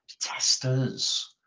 testers